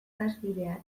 ikasbidea